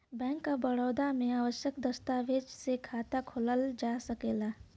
bank of Baroda में आवश्यक दस्तावेज से खाता खोलल जा सकला